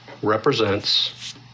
represents